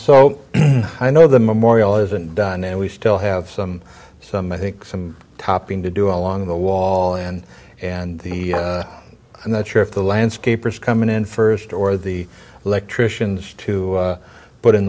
so i know the memorial isn't done and we still have some some i think some topping to do along the wall and and the and that sure if the landscapers come in first or the electricians to put in